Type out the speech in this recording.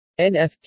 NFT